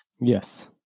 Yes